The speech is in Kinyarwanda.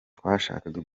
twashakaga